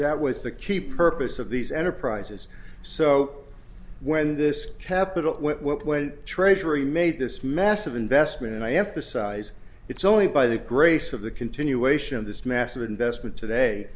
that was the key purpose of these enterprises so when this capital when treasury made this massive investment and i emphasize it's only by the grace of the continuation of this massive investment today